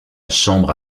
chambre